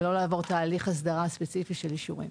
ולא לעבור תהליך אסדרה ספציפי של אישורים.